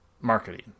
marketing